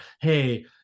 Hey